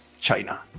China